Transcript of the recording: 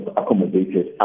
accommodated